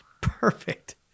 Perfect